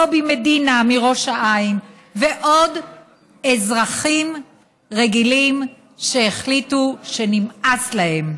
קובי מדינה מראש העין ועוד אזרחים רגילים שהחליטו שנמאס להם.